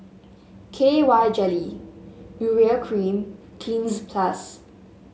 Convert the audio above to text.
K Y Jelly Urea Cream Cleanz Plus